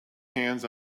hands